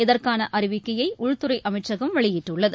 இதற்கான அறிவிக்கையை உள்துறை அமைச்சகம் வெளியிட்டுள்ளது